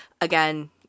again